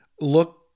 look